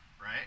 Right